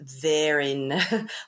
therein